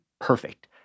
perfect